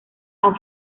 han